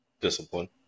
Discipline